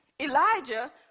Elijah